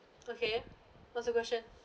okay what's the question